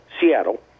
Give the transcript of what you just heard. Seattle